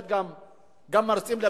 גם כשהם לא משלמים מסים בישראל.